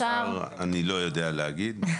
בשאר אני לא יודע להגיד,